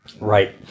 Right